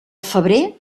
febrer